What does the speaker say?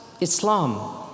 Islam